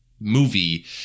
movie